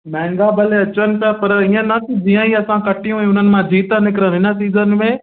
महांगा भले अचनि पिया पर हीअं न कि जीअं ई असां कटियूं ऐं हुननि मां जीत निकिरनि हिन सीज़न में